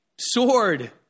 sword